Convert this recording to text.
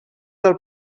del